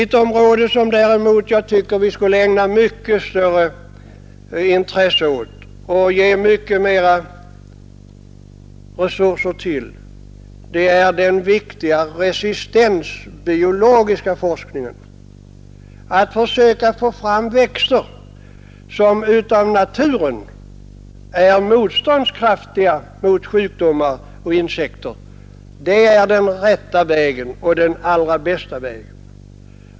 Ett område däremot som jag tycker vi skulle ägna mycket större intresse åt och ge mycket mera resurser till är den viktiga resistensbiologiska forskningen — att försöka få fram växter som av naturen är motståndskraftiga mot sjukdomar och insekter. Det är den rätta vägen och den allra bästa vägen.